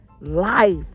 life